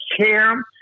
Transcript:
care